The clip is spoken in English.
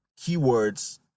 keywords